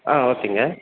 ஆ ஓகேங்க